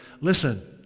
listen